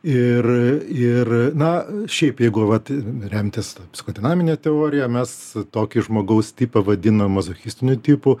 ir ir na šiaip jeigu vat remtis ta psichodinamine teorija mes tokį žmogaus tipą vadinam mazochistiniu tipu